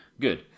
Good